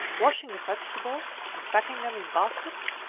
washing the vegetables and packing them in baskets,